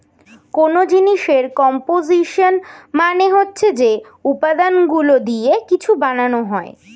কোন জিনিসের কম্পোসিশন মানে হচ্ছে যে উপাদানগুলো দিয়ে কিছু বানানো হয়